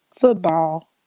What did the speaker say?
football